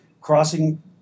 crossing